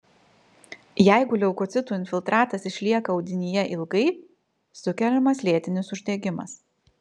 jeigu leukocitų infiltratas išlieka audinyje ilgai sukeliamas lėtinis uždegimas